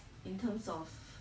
in terms of